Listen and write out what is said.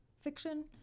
fiction